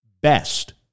best